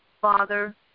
Father